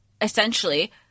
essentially